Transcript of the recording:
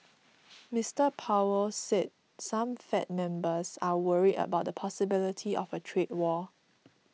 Mister Powell say some Fed members are worried about the possibility of a trade war